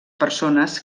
persones